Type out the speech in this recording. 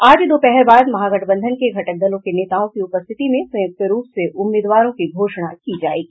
आज दोपहर बाद महागठबंधन के घटक दलों के नेताओं की उपस्थिति में संयुक्त रूप से उम्मीदवारों की घोषणा की जायेगी